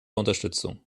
unterstützung